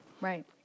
Right